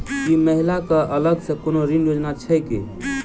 की महिला कऽ अलग सँ कोनो ऋण योजना छैक?